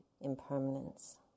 impermanence